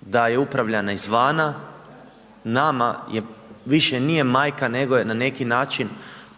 da je upravljana izvana nama više nije majka, nego je na neki način